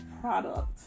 product